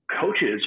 coaches